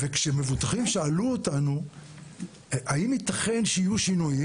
וכשמבוטחים שאלו אותנו האם יתכן שיהיו שינויים?